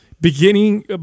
Beginning